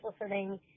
listening